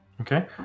Okay